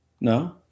No